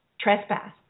trespass